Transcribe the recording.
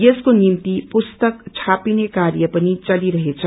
यसको निम्ति पुस्तक छापिने कार्य पनि चलिरहेछ